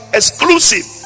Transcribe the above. exclusive